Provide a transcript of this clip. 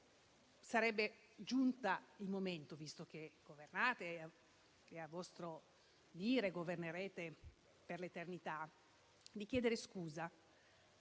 allora giunto il momento, visto che governate e, a vostro dire, lo farete per l'eternità, di chiedere scusa